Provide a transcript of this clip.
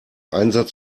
einsatz